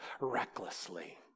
recklessly